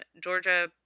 Georgia